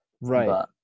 Right